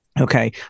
Okay